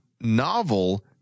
novel